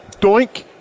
doink